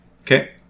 Okay